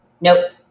Nope